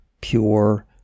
pure